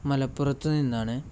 മലപ്പുറത്ത് നിന്നാണ്